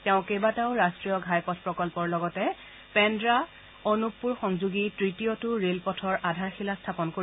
তেওঁ কেইবাটাও ৰাষ্ট্ৰীয় ঘাইপথ প্ৰকল্পৰ লগতে পেন্ডা অনুপপুৰ সংযোগী তৃতীয়টো ৰেলপথৰ আধাৰ শিলা স্থাপন কৰিব